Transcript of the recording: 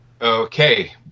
Okay